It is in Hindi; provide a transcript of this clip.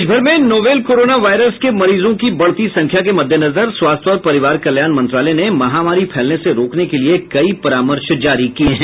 देशभर में नोवेल कोरोना वायरस के मरीजों की बढ़ती संख्या के मद्देनजर स्वास्थ्य और परिवार कल्याण मंत्रालय ने महामारी फैलने से रोकने के लिए कई परामर्श जारी किए हैं